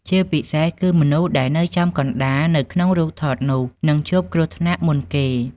ជាពិសេសគឺមនុស្សដែលនៅចំកណ្តាលនៅក្នុងរូបថតនោះ នឹងជួបគ្រោះថ្នាក់មុនគេ។